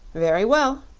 very well,